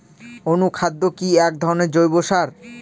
অনুখাদ্য কি এক ধরনের জৈব সার?